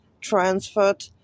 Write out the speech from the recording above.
transferred